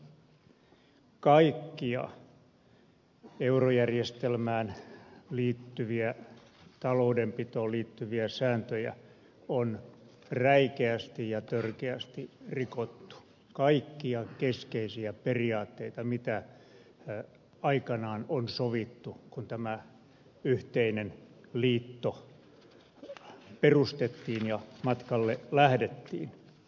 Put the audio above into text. kaikkia eurojärjestelmään liittyviä taloudenpitoon liittyviä sääntöjä on räikeästi ja törkeästi rikottu kaikkia keskeisiä periaatteita mitä aikanaan on sovittu kun tämä yhteinen liitto perustettiin ja matkalle lähdettiin